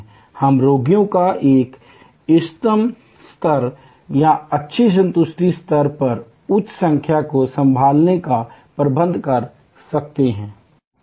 हम रोगियों का एक इष्टतम स्तर या अच्छी संतुष्टि स्तर पर उच्च संख्या को संभालने का प्रबंधन कर सकते हैं